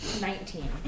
Nineteen